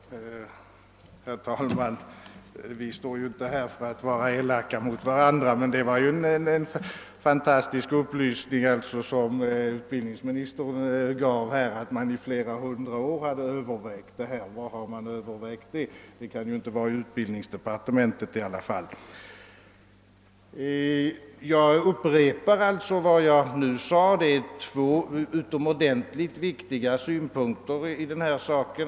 Herr talman! Vi är ju inte här för att vara elaka mot varandra, men jag vill ändå säga, att det var en fantastisk upplysning som utbildningsministern gav, då han sade att man i flera hundra år övervägt detta. Var har man gjort det? Det kan ju inte vara i utbildningsdepartementet i alla fall. Jag upprepar vad jag tidigare sade, nämligen att det finns två utomordentligt viktiga synpunkter på denna sak.